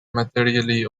materially